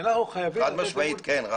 חד משמעית כן.